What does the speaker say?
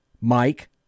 Mike